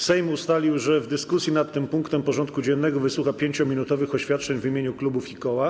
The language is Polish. Sejm ustalił, że w dyskusji nad tym punktem porządku dziennego wysłucha 5-minutowych oświadczeń w imieniu klubów i koła.